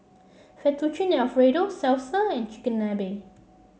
Fettuccine Alfredo Salsa and Chigenabe